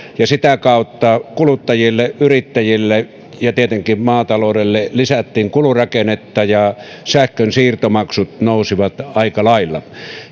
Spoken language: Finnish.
ja sitä kautta kuluttajille yrittäjille ja tietenkin maataloudelle lisättiin kulurakennetta ja sähkönsiirtomaksut nousivat aika lailla